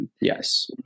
Yes